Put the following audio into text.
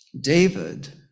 David